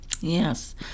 Yes